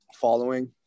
following